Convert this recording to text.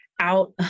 out